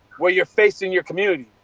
where you are facing your community.